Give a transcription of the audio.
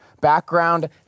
background